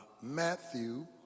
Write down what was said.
Matthew